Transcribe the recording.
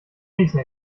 nächsten